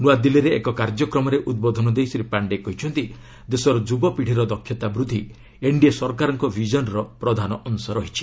ନ୍ତ୍ରଆଦିଲ୍ଲୀରେ ଏକ କାର୍ଯ୍ୟକ୍ରମରେ ଉଦ୍ବୋଧନ ଦେଇ ଶ୍ରୀ ପାଣ୍ଡେ କହିଛନ୍ତି ଦେଶର ଯ୍ରବପିଢ଼ିର ଦକ୍ଷତା ବୃଦ୍ଧି ଏନ୍ଡିଏ ସରକାରଙ୍କ ବିଜନ୍ର ପ୍ରଧାନ ଅଂଶ ରହିଛି